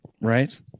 right